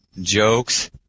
Jokes